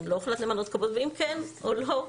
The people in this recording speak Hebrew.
ואם כן או לא,